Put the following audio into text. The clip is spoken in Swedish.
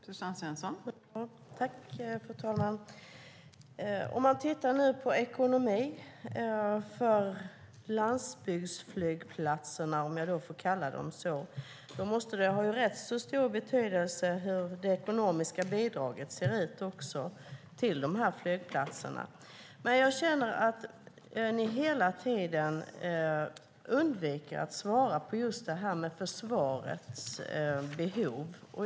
Fru talman! Om man tittar på ekonomin för landsbygdsflygplatserna, om jag får kalla dem så, ser man att det har rätt stor betydelse hur det ekonomiska bidraget till dem ser ut. Jag känner att ni hela tiden undviker att svara på detta med försvarets behov.